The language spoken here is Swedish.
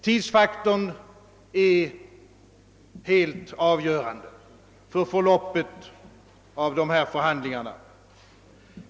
Tidsfaktorn är helt avgörande för förloppet av dessa förhandlingar.